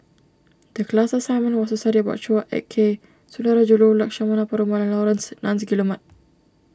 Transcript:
the class assignment was to study about Chua Ek Kay Sundarajulu Lakshmana Perumal and Laurence Nunns Guillemard